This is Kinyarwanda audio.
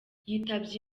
yitabye